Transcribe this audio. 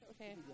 Okay